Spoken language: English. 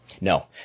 No